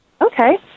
Okay